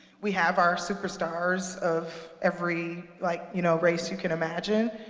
we have our superstars of every like you know race you can imagine.